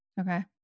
Okay